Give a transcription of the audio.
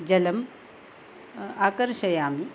जलम् आकर्षयामि